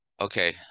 Okay